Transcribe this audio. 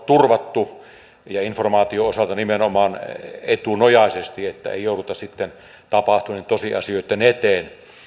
turvattu ja informaation osalta nimenomaan etunojaisesti että ei jouduta sitten tapahtuneitten tosiasioitten eteen